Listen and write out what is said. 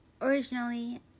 Originally